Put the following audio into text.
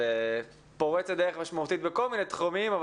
ופורצת דרך משמעותית בכל מיני תחומים.